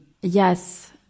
yes